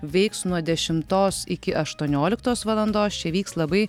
veiks nuo dešimtos iki aštuonioliktos valandos čia vyks labai